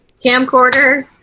Camcorder